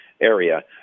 area